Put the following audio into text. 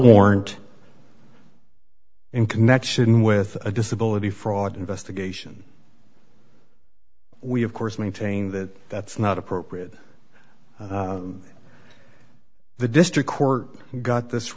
warrant in connection with a disability fraud investigation we of course maintain that that's not appropriate the district court got this